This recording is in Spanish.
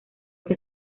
que